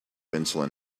insulin